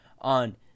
on